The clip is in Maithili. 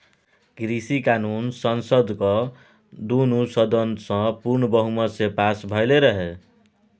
कृषि कानुन संसदक दुनु सदन सँ पुर्ण बहुमत सँ पास भेलै रहय